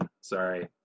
Sorry